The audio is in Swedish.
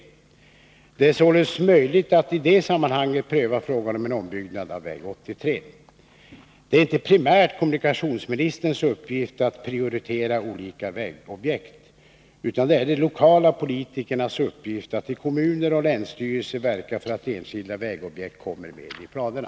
Det är således möjligt att i det sammanhanget pröva frågan om en ombyggnad av väg 83. Det är inte primärt kommunikationsministerns uppgift att prioritera olika vägobjekt, utan det är de lokala politikernas uppgift att i kommuner och länsstyrelser verka för att enskilda vägobjekt kommer med i planerna.